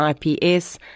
IPS